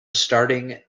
starting